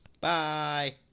Bye